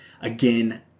Again